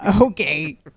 Okay